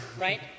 right